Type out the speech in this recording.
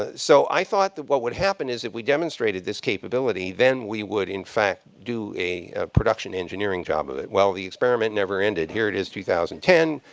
ah so i thought what would happen is if we demonstrated this capability, then we would in fact do a production engineering job of it. well, the experiment never ended. here it is two thousand and ten,